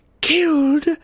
killed